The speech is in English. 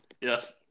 Yes